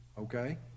Okay